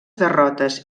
derrotes